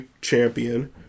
champion